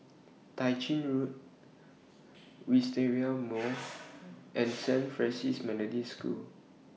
Tai Road Wisteria Mall and Saint Francis School